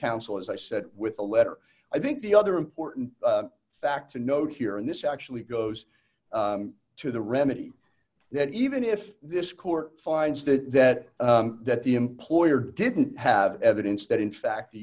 counsel as i said with a letter i think the other important fact to note here and this actually goes to the remedy that even if this court finds that that the employer didn't have evidence that in fact the